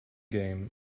game